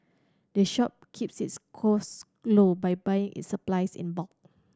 the shop keeps its cost low by buying its supplies in bulk